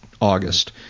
august